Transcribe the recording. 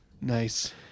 Nice